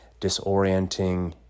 disorienting